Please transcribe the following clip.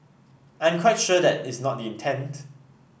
I'm quite sure that is not the intent